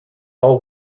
all